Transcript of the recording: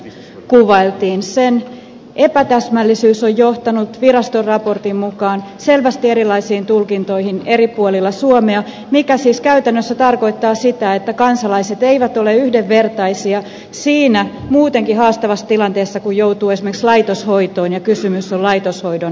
sen epätäsmällisyys on johtanut viraston raportin mukaan selvästi erilaisiin tulkintoihin eri puolilla suomea mikä siis käytännössä tarkoittaa sitä että kansalaiset eivät ole yhdenvertaisia siinä muutenkin haastavassa tilanteessa kun joutuu esimerkiksi laitoshoitoon ja kysymys on laitoshoidon maksuista